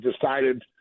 decided –